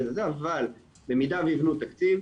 אבל במידה ויבנו תקציב,